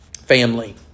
family